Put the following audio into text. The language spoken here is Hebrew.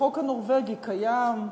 החוק הנורבגי קיים,